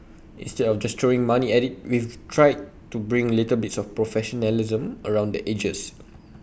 instead of just throwing money at IT we've tried to bring little bits of professionalism around the edges